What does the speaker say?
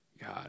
God